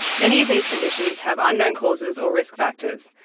many of these conditions have unknown causes or risk factors,